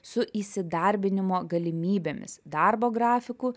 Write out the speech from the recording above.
su įsidarbinimo galimybėmis darbo grafiku